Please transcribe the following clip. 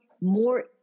more